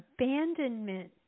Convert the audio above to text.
abandonment